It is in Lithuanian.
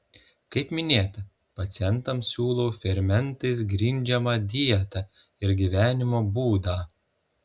kaip minėta pacientams siūlau fermentais grindžiamą dietą ir gyvenimo būdą